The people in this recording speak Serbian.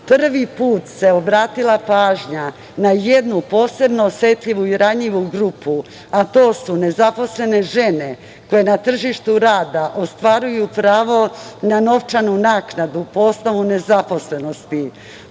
put se obratila pažnja na jednu posebno osetljivu i ranjivu grupu, a to su nezaposlene žene koje na tržištu rada ostvaruju pravo na novčanu naknadu po osnovu nezaposlenosti.